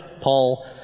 Paul